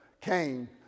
came